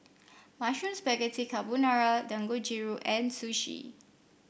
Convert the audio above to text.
Mushroom Spaghetti Carbonara Dangojiru and Sushi